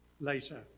later